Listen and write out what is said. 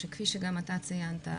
כפי שגם אתה ציינת,